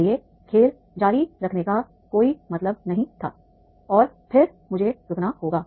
इसलिए खेल जारी रखने का कोई मतलब नहीं था और फिर मुझे रुकना होगा